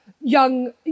young